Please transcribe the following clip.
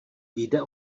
jde